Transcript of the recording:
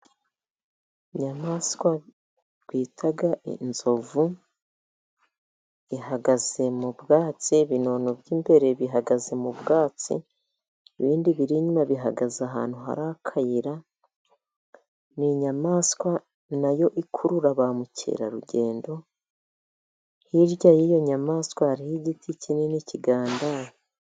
Inyamaswa twita inzovu ihagaze mu bwatsi. Ibinono by'imbere bihagaze mu bwatsi, ibindi biri inyuma bihagaze ahantu hari akayira. Ni inyamaswa na yo ikurura ba mukerarugendo, hirya y'iyo nyamaswa hariho igiti kinini kigandaye.